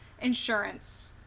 insurance